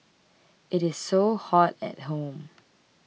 it is so hot at home